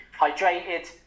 hydrated